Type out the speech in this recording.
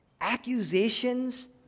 accusations